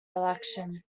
election